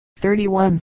31